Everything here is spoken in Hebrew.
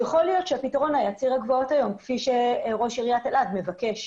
יכול להיות שהפתרון היה ציר הגבעות היום כפי שראש עיריית אלעד מבקש.